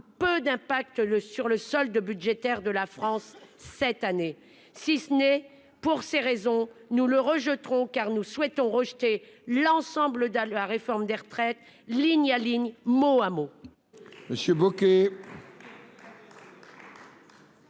peu d'impact le sur le solde budgétaire de la France cette année, si ce n'est pour ces raisons nous le rejetteront car nous souhaitons rejeté l'ensemble dans la réforme des retraites, ligne à ligne, mot à mot.